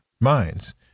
minds